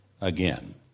again